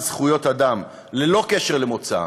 למען זכויות אדם, ללא קשר למוצאם,